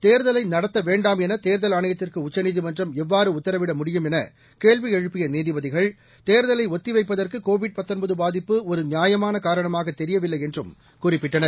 தேர்தலை நடத்த வேண்டாம் என தேர்தல் ஆணையத்திற்கு உச்சநீதிமன்றம் எவ்வாறு உத்தரவிட முடியும் என கேள்வி எழுப்பிய நீதிபதிகள் தேர்தலை ஒத்தி வைப்பதற்கு கோவிட் பாதிப்பு ஒரு நியாயமான காரணமாக தெரியவில்லை என்றும் குறிப்பிட்டனர்